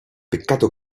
peccato